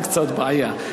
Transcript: זה קצת בעיה.